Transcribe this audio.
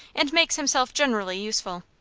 and makes himself generally useful.